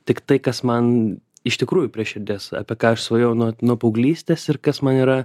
tiktai kas man iš tikrųjų prie širdies apie ką aš svajojau nuo nuo paauglystės ir kas man yra